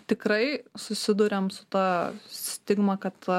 tikrai susiduriam su ta stigma kad